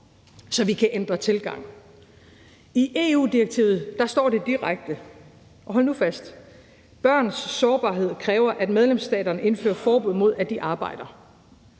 så vi kan ændre tilgangen. Kl. 09:17 I EU-direktivet står det direkte, og hold nu fast: »Børns sårbarhed kræver, at medlemsstaterne indfører forbud mod, at de arbejder.«